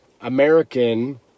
American